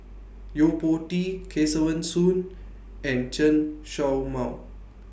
Yo Po Tee Kesavan Soon and Chen Show Mao